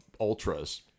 Ultras